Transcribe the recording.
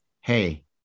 Hey